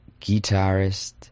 guitarist